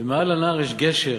ומעל הנהר יש גשר,